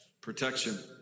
Protection